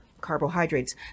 carbohydrates